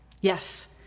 Yes